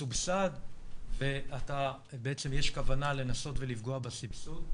מסובסד, ובעצם יש כוונה לנסות ולפגוע בסבסוד.